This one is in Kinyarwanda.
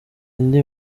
indi